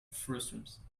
frustums